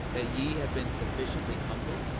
that ye have been sufficiently humble?